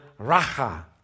Racha